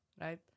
right